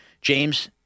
James